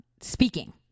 speaking